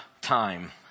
time